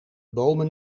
bomen